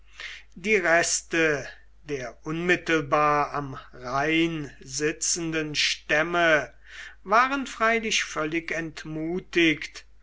die reste der unmittelbar am rhein sitzenden stämme waren freilich völlig entmutigt